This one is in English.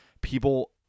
People